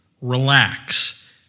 relax